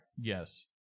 Yes